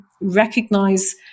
recognize